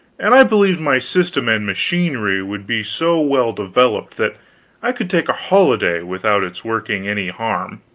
and i believed my system and machinery would be so well developed that i could take a holiday without its working any harm.